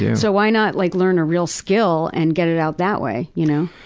so why not like, learn a real skill and get it out that way, you know.